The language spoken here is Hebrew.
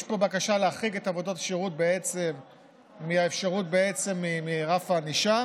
יש פה בקשה להחריג את עבודות השירות מהאפשרות ברף הענישה.